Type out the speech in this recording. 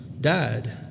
died